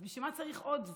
אז בשביל מה צריך עוד שר?